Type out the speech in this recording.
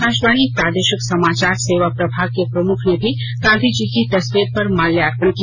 आकाशवाणी प्रादेशिक समाचार सेवा प्रभाग के प्रमुख ने भी गांधी जी की तस्वीर पर माल्यार्पण किया